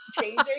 changing